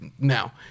now